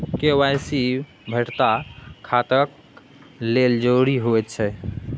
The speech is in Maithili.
के.वाई.सी सभटा खाताक लेल जरुरी होइत छै